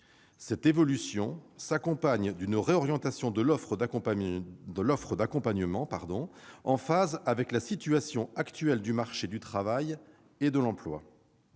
cette évolution est assortie une réorientation de l'offre d'accompagnement, en phase avec la situation actuelle du marché du travail et de l'emploi.